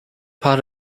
part